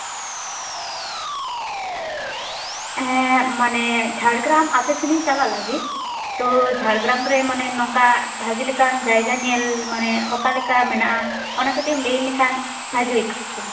ᱦᱮᱸ ᱢᱟᱱᱮ ᱡᱷᱟᱲᱜᱨᱟᱢ ᱟᱯᱮ ᱥᱮᱫ ᱤᱧ ᱪᱟᱞᱟᱜ ᱞᱟᱹᱜᱤᱫ ᱛᱚ ᱡᱷᱟᱲᱜᱨᱟᱢ ᱨᱮ ᱢᱟᱱᱮ ᱱᱚᱝᱠᱟ ᱵᱷᱟᱹᱜᱤ ᱞᱮᱠᱟᱱ ᱡᱟᱭᱜᱟ ᱧᱮᱞ ᱢᱟᱱᱮ ᱚᱠᱟᱞᱮᱠᱟ ᱢᱮᱱᱟᱜᱼᱟ ᱚᱱᱟ ᱠᱟᱹᱴᱤᱡ ᱮᱢ ᱞᱟᱹᱭ ᱞᱮᱠᱷᱟᱱ ᱵᱷᱟᱹᱜᱤ ᱦᱩᱭ ᱠᱚᱜᱼᱟ